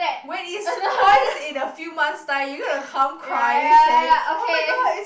when it spoils in a few months time you gonna come crying saying oh-my-god it's